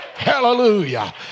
Hallelujah